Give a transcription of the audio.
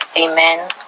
Amen